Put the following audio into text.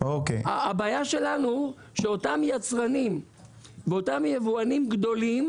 הבעיה שלנו היא שאותם יצרנים ואותם יבואנים גדולים